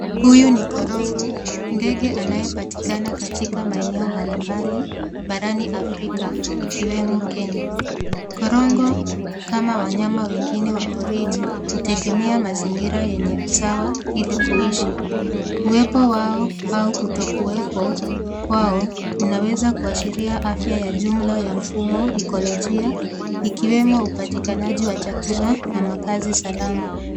Huyu ni korongo. Ndege anayepatikana katika maeneo mbali mbali barani Afrika, ikiwemo Kenya. Korongo, kama wanyama wengine wa porini, hutegemea mazingira yenyeu sawa, ilikuishi. Uwepo wao au kutokuwepo kwao, kunaweza kuashiria afya ya jumla ya mfumo ikolojia , ikiwemo upatikanaji wa chakula na makazi salama.